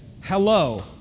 Hello